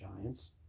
Giants